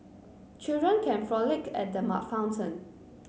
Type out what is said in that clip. children can frolic at the fountain